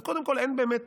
אז קודם כול אין באמת